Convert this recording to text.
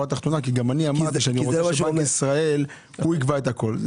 אני אמרתי שאני רוצה שבנק ישראל יקבע הכול.